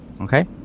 Okay